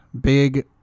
big